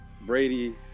Brady